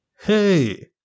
hey